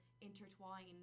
intertwine